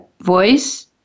voice